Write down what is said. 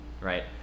right